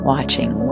Watching